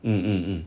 mm mm mm